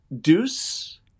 Deuce